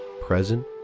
present